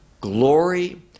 glory